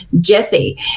Jesse